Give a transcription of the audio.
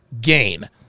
gain